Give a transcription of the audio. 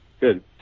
Good